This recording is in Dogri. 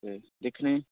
दिक्खने